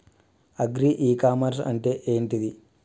Agri e commerce అంటే ఏంటిది?